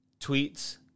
tweets